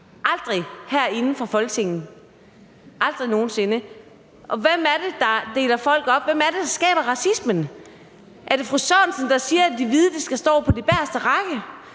aldrig – herinde fra Folketinget, aldrig nogen sinde. Hvem er det, der deler folk op? Hvem er det, der skaber racismen? Er det fru Sørensen, der siger, at de hvide skal stå på den bageste række?